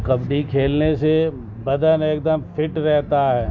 کبڈی کھیلنے سے بدن ایک دم فٹ رہتا ہے